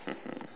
mmhmm